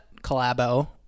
collabo